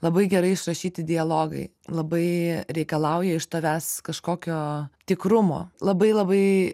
labai gerai išrašyti dialogai labai reikalauja iš tavęs kažkokio tikrumo labai labai